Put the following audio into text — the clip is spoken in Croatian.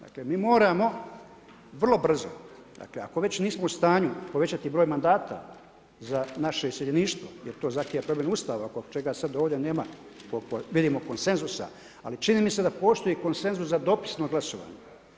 Dakle, mi moramo vrlo brzo, dakle, ako već nismo u stanju povećati broj mandata za naše iseljeništvo, jer to zahtjeva primjenu Ustava, zbog čega sad ovdje nema, vidimo konsenzusa, ali čini mi se da postoji konsenzus za dopisno glasovanje.